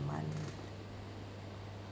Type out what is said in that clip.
month